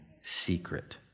secret